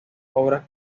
obras